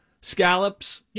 scallops